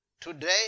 today